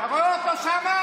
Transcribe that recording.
אתה רואה אותו שם?